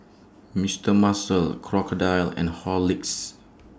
Mister Muscle Crocodile and Horlicks